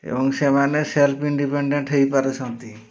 ଏବଂ ସେମାନେ self independent ହେଇପାରୁଛନ୍ତି